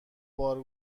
بار